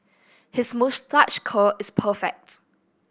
his moustache curl is perfect